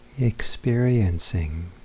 Experiencing